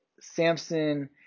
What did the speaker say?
Samson